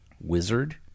wizard